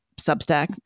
substack